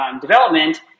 development